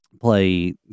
play